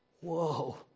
whoa